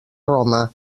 roma